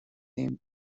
him